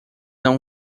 não